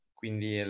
quindi